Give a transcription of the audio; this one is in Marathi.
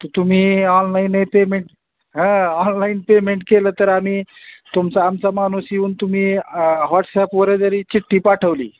तर तुम्ही ऑनलाईन पेमेंट हा ऑनलाईन पेमेंट केलं तर आम्ही तुमचं आमचा माणूस येऊन तुम्ही हॉटस्ॲपवर जरी चिठ्ठी पाठवली